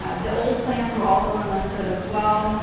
ah the old plans were also unlimited as well,